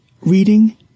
reading